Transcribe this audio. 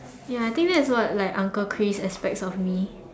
ya I think that's what like uncle Chris expects of me